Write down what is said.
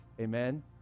Amen